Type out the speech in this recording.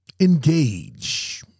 engage